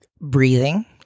Breathing